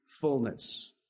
fullness